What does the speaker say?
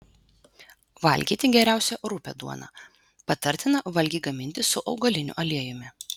valgyti geriausia rupią duoną patartina valgį gaminti su augaliniu aliejumi